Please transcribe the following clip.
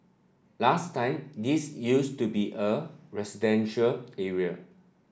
last time this used to be a residential